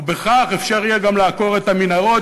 וכך אפשר יהיה גם לעקור את המנהרות,